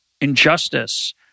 injustice